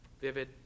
vivid